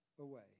away